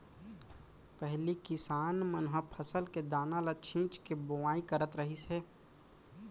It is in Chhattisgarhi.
पहिली किसान मन ह फसल के दाना ल छिंच के बोवाई करत रहिस हे